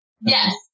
Yes